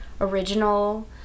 original